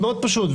מאוד פשוט.